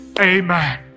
amen